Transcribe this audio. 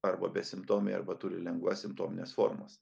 arba besimptomiai arba turi lengvas simptomines formas